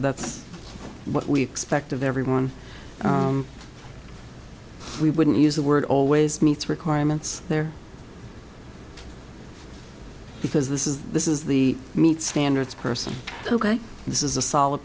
that's what we expect of everyone we wouldn't use the word always meets requirements there because this is this is the meat standards person ok this is a solid